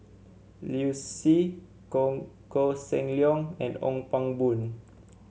Liu Si Koh Seng Leong and the Ong Pang Boon